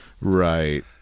right